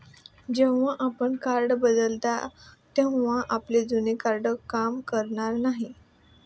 जेव्हा आपण कार्ड बदलता तेव्हा आपले जुने कार्ड काम करणार नाही